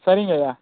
சரிங்க ஐயா